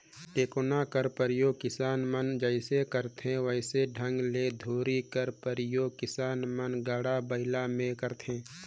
टेकोना कर परियोग किसान मन जइसे करथे वइसने ढंग ले धूरी कर परियोग किसान मन गाड़ा बइला मे करथे